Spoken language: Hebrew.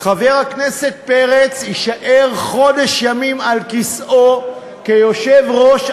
חבר הכנסת פרץ יישאר חודש ימים על כיסאו כיושב-ראש,